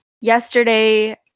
Yesterday